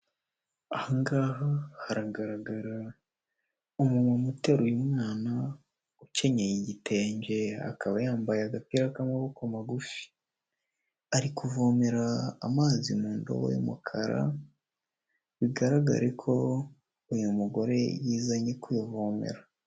Aha ngaha haragaragara umumama uteruye umwana ukenyeye igitenge akaba yambaye agapira k'amaboko magufi. Ari kuvomera amazi mu ndobo y'umukara, bigaragare ko uyu mugore yizanye kwivomera.